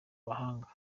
abahanga